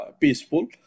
Peaceful